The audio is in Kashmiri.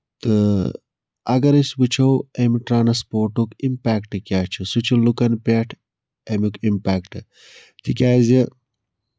تہٕ اَگر أسۍ وٕچھو اَمہِ ٹرانَسپوٹُک اِمپیکٹ کیاہ چھُ سُہ چھُ لُکَن پٮ۪ٹھ اَمیُک اِمپیکٹ تِکیازِ